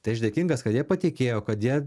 tai aš dėkingas kad jie patikėjo kad jie